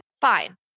fine